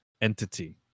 entity